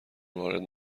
وارد